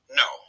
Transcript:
no